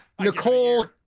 Nicole